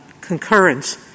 concurrence